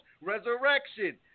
resurrection